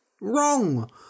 wrong